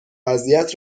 اذیت